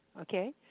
okay